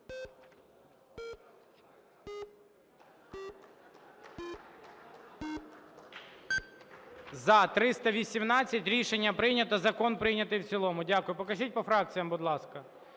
За – 318 Рішення прийнято. Закон прийнятий в цілому. Дякую. Покажіть по фракціям, будь ласка.